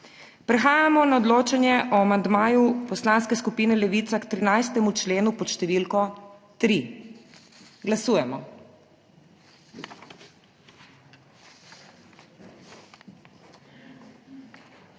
Prehajamo na odločanje o amandmaju Poslanske skupine Levica k 13. členu pod številko 3. Glasujemo.